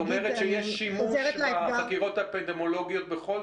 ואתה אומרת שיש שימוש בחקירות האפידמיולוגיות בכל